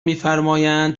میفرمایند